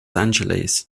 angeles